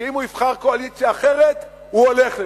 שאם הוא יבחר קואליציה אחרת הוא הולך לשם.